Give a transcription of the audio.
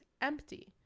empty